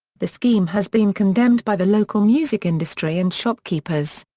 the scheme has been condemned by the local music industry and shopkeepers.